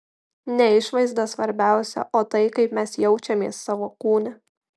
ne išvaizda svarbiausia o tai kaip mes jaučiamės savo kūne